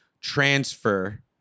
transfer